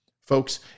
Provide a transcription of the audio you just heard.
Folks